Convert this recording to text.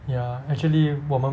ya actually 我们